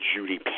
Judy